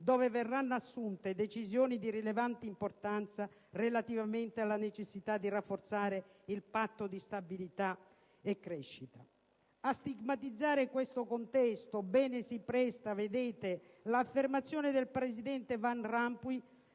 cui verranno assunte decisioni di rilevante importanza relativamente alla necessità di rafforzare il Patto di stabilità e crescita. A stigmatizzare questo contesto, bene si presta l'affermazione del presidente Van Rompuy